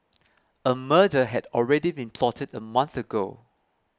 a murder had already been plotted a month ago